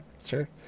sure